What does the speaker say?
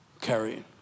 carrying